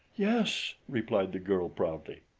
yes, replied the girl proudly.